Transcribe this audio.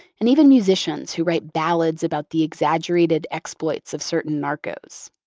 and even musicians, who write ballads about the exaggerated exploits of certain narcos.